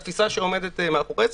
התפיסה שעומדת מאחורי זה,